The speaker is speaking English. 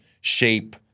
shape